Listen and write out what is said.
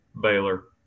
Baylor